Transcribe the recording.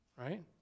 right